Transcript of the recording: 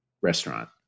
restaurant